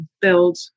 build